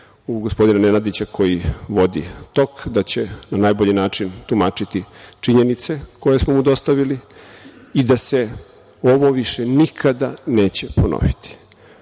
u gospodina Nenadića koji vodi tok, da će na najbolji način tumačiti činjenice koje smo mu dostavili i da se ovo više nikada neće ponoviti. Naša